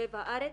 לב הארץ.